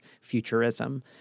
futurism